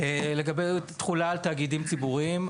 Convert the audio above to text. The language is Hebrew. לגבי התחולה על תאגידים ציבוריים,